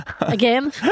again